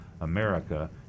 America